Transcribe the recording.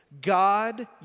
God